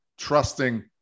Trusting